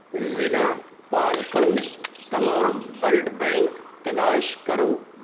ضلع پالکڑ میں تمام بلڈ بینک تلاش کرو